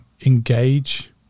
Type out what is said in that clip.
engage